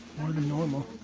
more than normal.